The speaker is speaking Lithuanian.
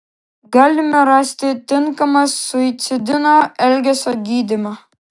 galime rasti tinkamą suicidinio elgesio gydymą